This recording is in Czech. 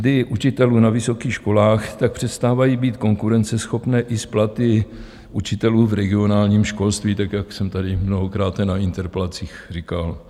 Mzdy učitelů na vysokých školách tak přestávají být konkurenceschopné i s platy učitelů v regionálním školství, jak jsem tady mnohokráte na interpelacích říkal.